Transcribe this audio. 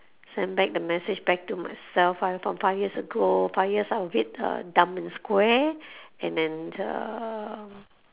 send back the message back to myself five from five years ago five years I a bit uh dumb and square and then uh